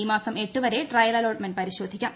ഈ മാസം എട്ടു വരെ ട്രയൽ അലോട്ട്മെന്റ് പരിശോധിക്കാം